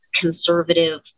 conservative